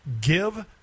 give